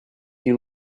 you